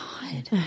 God